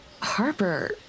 Harper